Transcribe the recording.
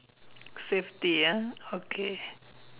safety ah okay